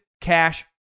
cash